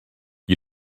you